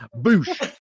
Boosh